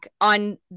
on